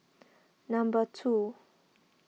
number two